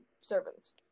servants